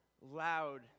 loud